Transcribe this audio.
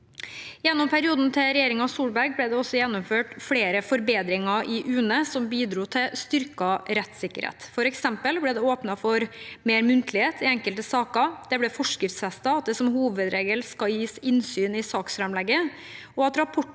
Gjennom perioden til regjeringen Solberg ble det også gjennomført flere forbedringer i UNE som bidro til styrket rettssikkerhet. For eksempel ble det åpnet for mer muntlighet i enkelte saker, og det ble forskriftsfestet at det som hovedregel skal gis innsyn i saksframlegget,